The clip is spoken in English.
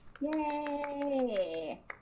Yay